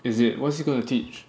is it what he gonna teach